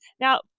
Now